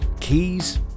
Keys